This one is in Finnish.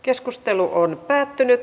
keskustelu päättyi